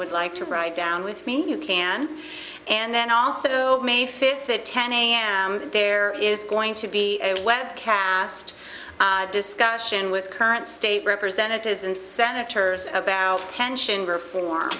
would like to write down with me you can and then also may fifth at ten am there is going to be a webcast discussion with current state representatives and senators about pension reform